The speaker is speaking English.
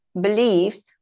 beliefs